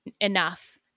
enough